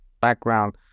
background